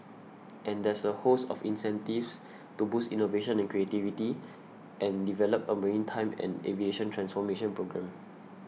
and there's a host of incentives to boost innovation and creativity and develop a maritime and aviation transformation programme